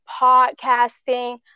podcasting